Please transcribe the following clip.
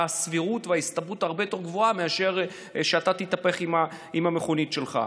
סבירות הרבה יותר גבוהה להחליק באופנוע מאשר שתתהפך עם המכונית שלך.